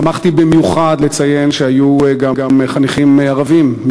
שמחתי במיוחד לציין שהיו גם חניכים ערבים,